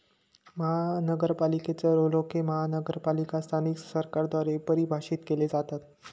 महानगरपालिकेच रोखे महानगरपालिका स्थानिक सरकारद्वारे परिभाषित केले जातात